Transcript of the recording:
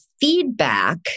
feedback